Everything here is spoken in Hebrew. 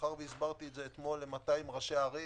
מאחר שהסברתי את זה אתמול ל-200 ראשי ערים,